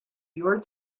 your